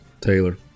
Taylor